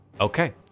Okay